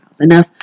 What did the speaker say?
enough